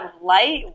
light